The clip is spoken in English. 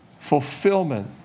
fulfillment